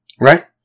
right